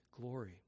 glory